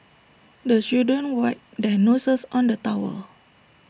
the children wipe their noses on the towel